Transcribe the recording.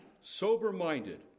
sober-minded